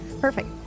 Perfect